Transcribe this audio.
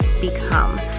become